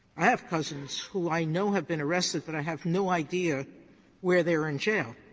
i have cousins who i know have been arrested, but i have no idea where they're in jail.